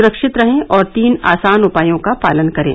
सुरक्षित रहें और तीन आसान उपायों का पालन करें